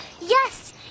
Yes